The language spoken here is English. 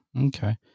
Okay